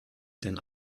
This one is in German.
denn